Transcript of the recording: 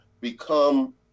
become